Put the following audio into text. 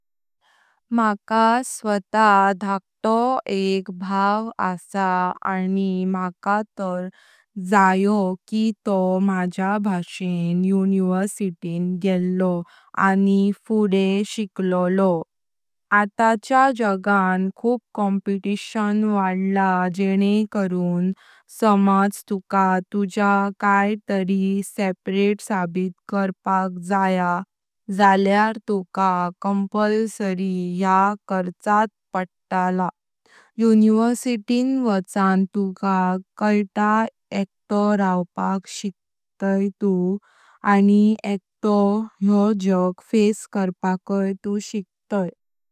माका स्वतः धोक्तो एक भाव आसा आनी माका तर जायो कि तो मझ्या भाषेन यूनिव्हर्सिटीन गेल्लो आनी फुडें शिक्लोळो। आताच्या जगा्न खूप कॉम्पिटीशन वाढला जणे करून समाज तुका तुजा काय तरी सापरेते सबीत करपाक जायं जालयार तुका कंपल्सरी या खर्चात पडतालो। यूनिव्हर्सिटीन वाचन तुका काहीत एकतो रावपाक शिक्तय तु, आनी एकतो योह जग फेस करपाक तु शिक्तय।